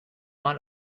mal